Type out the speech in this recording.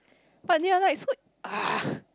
but they are like so ugh